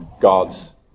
God's